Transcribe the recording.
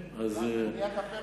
למערת המכפלה.